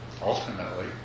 ultimately